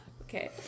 okay